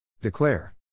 Declare